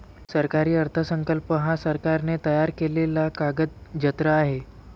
सरकारी अर्थसंकल्प हा सरकारने तयार केलेला कागदजत्र आहे